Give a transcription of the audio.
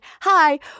hi